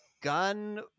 gun